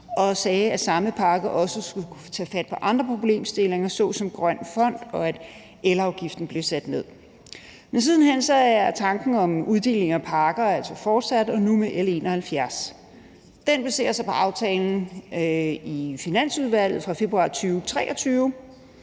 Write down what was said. og sagde, at samme pakke også skulle tage fat på andre problemstillinger såsom en grøn fond, og at elafgiften blev sat ned. Men siden hen er tanken om en uddeling af pakker altså fortsat og nu med L 71. Den baserer sig på aftalen i Finansudvalget fra februar 2023.